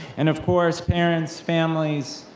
and of course, parents, families,